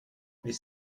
les